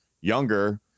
younger